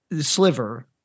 sliver –